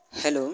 hello